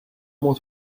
mon